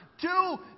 two